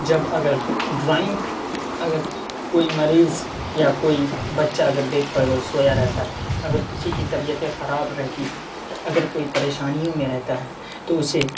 جب اگر ڈرائنگ اگر کوئی مریض یا کوئی بچّہ اگر بیڈ پر اگر سویا رہتا ہے اگر کسی کی طبیعتیں خراب رہتی ہے اگر کوئی پریشانیوں میں رہتا ہے تو اسے